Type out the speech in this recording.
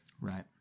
Right